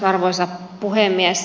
arvoisa puhemies